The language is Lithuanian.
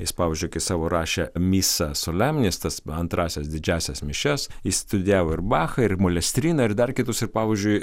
jis pavyzdžiui kai savo rašė missa solemnis tas antrąsias didžiąsias mišias jis studijavo ir bachą ir molestriną ir dar kitus ir pavyzdžiui